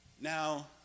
Now